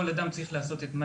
כל אדם צריך לעשות את מה